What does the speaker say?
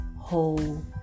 whole